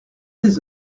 des